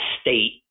state